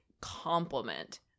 compliment